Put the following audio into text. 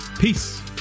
peace